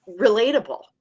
relatable